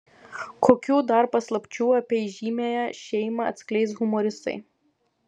kokių dar paslapčių apie įžymiąją šeimą atskleis humoristai